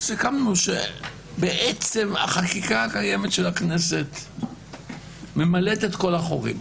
סיכמנו שבעצם החקיקה הקיימת של הכנסת ממלאת את כל החורים.